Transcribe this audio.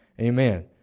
Amen